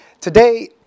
Today